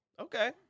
Okay